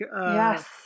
Yes